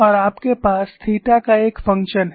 और आपके पास थीटा का एक फंक्शन है